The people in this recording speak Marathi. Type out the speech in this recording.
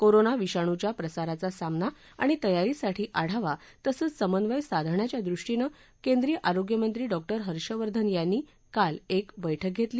कोरोना विषाणुच्या प्रसाराचा सामना आणि तयारीसाठी आढावा तसंच समन्वय साधण्याच्या दृष्टीनं काल केंद्रीय आरोग्यमंत्री डॉक्टर हर्षवर्धन यांनी एक बैठक घेतली